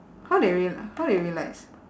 how they real~ how they realise